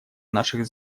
наших